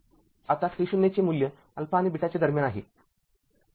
आता t0 चे मूल्य आणि दरम्यान आहे